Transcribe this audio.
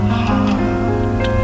heart